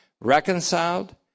reconciled